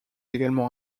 également